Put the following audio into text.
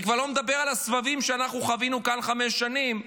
אני כבר לא מדבר על הסבבים שאנחנו חווינו כאן חמש שנים,